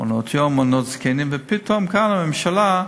מעונות-יום, מעונות זקנים, ופתאום כאן הממשלה,